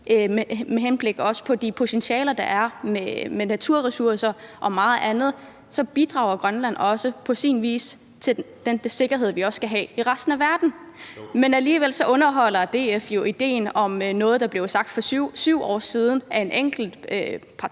med henblik også på de potentialer, der er med naturressourcer og meget andet, på sin vis også bidrager til den sikkerhed, vi også skal have i resten af verden. Men alligevel understøtter DF jo idéen om noget, der blev sagt for 7 år siden af et enkelt partimedlem,